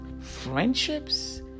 friendships